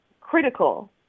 critical